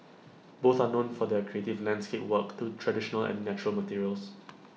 both are known for their creative landscape work through traditional and natural materials